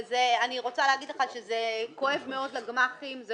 ואני רוצה להגיד לך שזה כואב מאוד לגמ"חים.